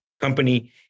company